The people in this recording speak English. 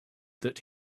that